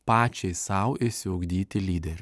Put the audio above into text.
pačiai sau išsiugdyti lyderių